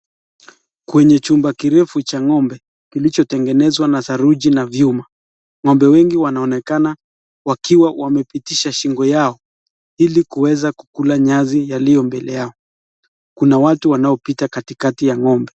Kuna chumba kirefu cha ng'ombe kilichotengenezwa na saruji na vyuma. Ng'ombe wengi wanaonekana wakiwa wamepitisha shingo yao ili kuweza kukula nyasi yaliyo mbele yao. Kuna watu wanaopita katikati ya ng'ombe.